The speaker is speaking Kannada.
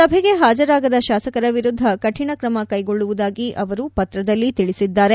ಸಭೆಗೆ ಹಾಜರಾಗದ ಶಾಸಕರ ವಿರುದ್ದ ಕಠಿಣ ಕ್ರಮ ಕೈಗೊಳ್ಳುವುದಾಗಿ ಅವರು ಪತ್ರದಲ್ಲಿ ತಿಳಿಸಿದ್ದಾರೆ